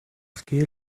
scale